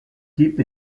type